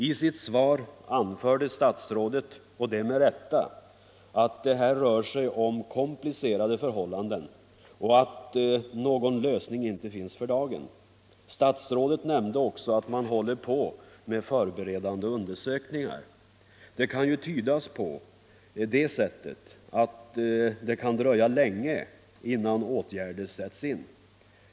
I sitt svar anförde statsrådet — och det med rätta — att det här rör sig om komplicerade förhållanden och att någon lösning inte finns för dagen. Statsrådet nämnde också att man håller på med förberedande undersökningar. Det kan tydas på det sättet att det kan dröja länge innan åtgärder sätts in.